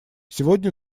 сегодня